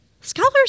Scholars